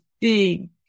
big